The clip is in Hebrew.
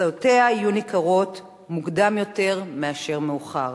שתוצאותיה יהיו ניכרות מוקדם יותר מאשר מאוחר.